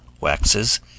waxes